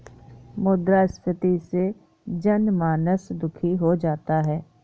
मुद्रास्फीति से जनमानस दुखी हो जाता है